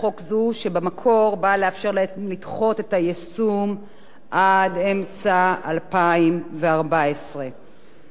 שבמקור באה לאפשר לה לדחות את מועד היישום עד אפריל 2014. לצערנו